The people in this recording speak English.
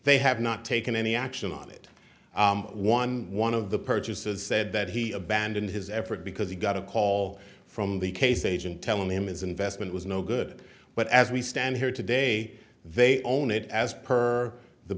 they have not taken any action on it one one of the purchases said that he abandoned his effort because he got a call from the case agent telling him his investment was no good but as we stand here today they own it as per the